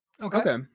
Okay